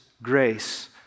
grace